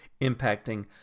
impacting